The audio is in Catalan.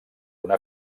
una